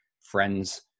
friends